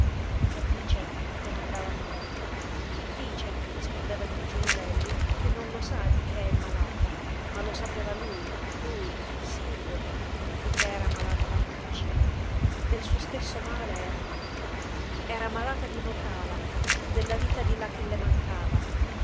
che dice domandava nora dice rispondeva il cugino lelli che non lo sa di che è malata ma lo sapeva lui lui sirio di che era malata la sua piccina del suo stesso male era malata era malata di mokàla della vita di là che le mancava